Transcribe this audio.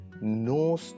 no